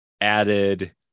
added